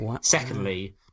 Secondly